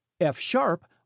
F-sharp